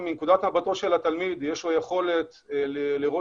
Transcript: מנקודת מבטו של התלמיד יש לו יכולת לראות